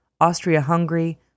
Austria-Hungary